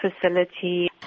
facility